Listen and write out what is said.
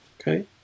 Okay